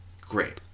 Great